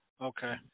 Okay